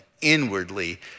inwardly